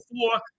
four